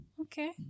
okay